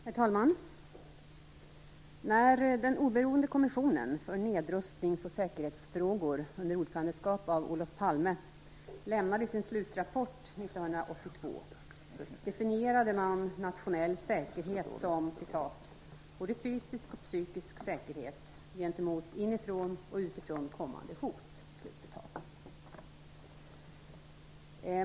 Herr talman! När den oberoende kommissionen för nedrustnings och säkerhetsfrågor under ordförandeskap av Olof Palme lämnade sin slutrapport 1982 definierade man nationell säkerhet som "både fysisk och psykisk säkerhet gentemot inifrån och utifrån kommande hot".